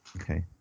Okay